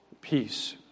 peace